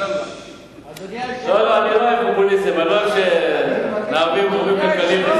אני לא אוהב שמערבים גורמים כלכליים,